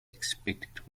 expected